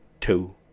two